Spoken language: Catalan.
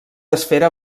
esfera